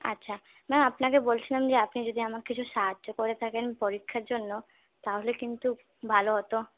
আচ্ছা ম্যাম আপনাকে বলছিলাম যে আপনি যদি আমাকে কিছু সাহায্য করে থাকেন পরীক্ষার জন্য তাহলে কিন্তু ভালো হত